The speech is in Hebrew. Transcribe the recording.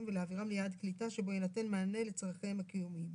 ולהעבירם ליעד קליטה שבו יינתן מענה לצרכיהם הקיומיים.